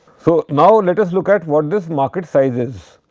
so, now let us look at what this market size is.